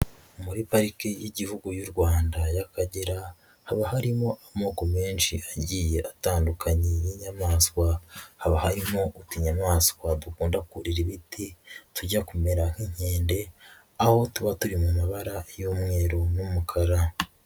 Muri pariki y'igihugu y'u Rwanda y'Akagera, haba harimo amoko menshi agiye atandukanye n'inyamaswa, haba harimo utunyamaswa dukunda kurira ibiti tujya kumera nk'inkende, aho tuba turi mu mabara y'umweru n'umukara.